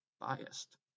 biased